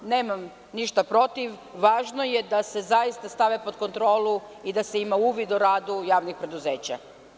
Nemam ništa protiv, važno je da se zaista stave pod kontrolu i da se ima uvid o radu javnih preduzeća.